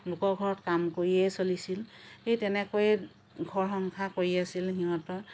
লোকৰ ঘৰত কাম কৰিয়েই চলিছিল সেই তেনেকৈয়ে ঘৰ সংসাৰ কৰি আছিল সিহঁতৰ